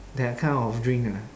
that kind of drink ah